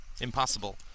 impossible